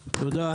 תודה.